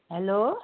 hello